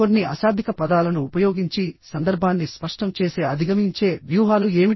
కొన్ని అశాబ్దిక పదాలను ఉపయోగించి సందర్భాన్ని స్పష్టం చేసే అధిగమించే వ్యూహాలు ఏమిటి